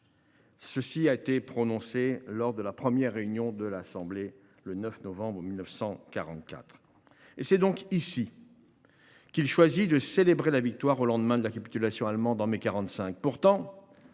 général de Gaulle lors de la première réunion de cette assemblée, le 9 novembre 1944. C’est donc ici qu’il choisit de célébrer la victoire au lendemain de la capitulation allemande de mai 1945.